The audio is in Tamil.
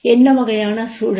என்ன வகையான சூழல்